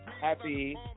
happy